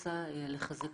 ולכן צריך להשאיר את